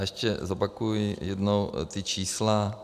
Ještě zopakuji jednou ta čísla.